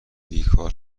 بیکار